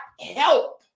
help